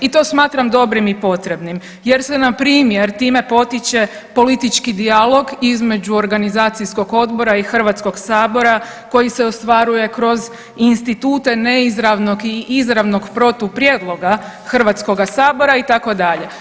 I to smatram dobrim i potrebnim jer se npr. time potiče politički dijalog između organizacijskog odbora i Hrvatskog sabora koji se ostvaruje kroz institute neizravnog i izravnog protuprijedloga Hrvatskoga sabora itd.